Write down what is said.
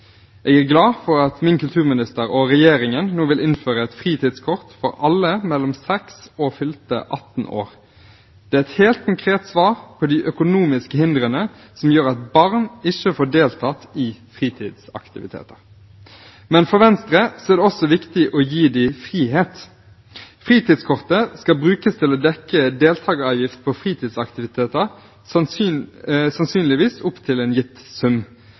Jeg er glad for at min kulturminister og regjeringen nå vil innføre et fritidskort for alle mellom 6 og fylte 18 år. Det er et helt konkret svar på de økonomiske hindrene som gjør at barn ikke får deltatt i fritidsaktiviteter. Men for Venstre er det også viktig å gi dem frihet. Fritidskortet skal brukes til å dekke deltakeravgift på fritidsaktiviteter, sannsynligvis opp til en gitt sum.